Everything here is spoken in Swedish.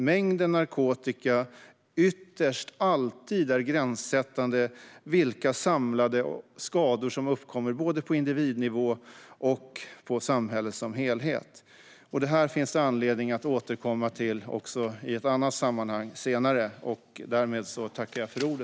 Mängden narkotika är ytterst alltid gränssättande för vilka samlade skador som uppkommer, både på individnivå och på samhället som helhet. Detta finns det anledning att återkomma till också i ett annat sammanhang senare.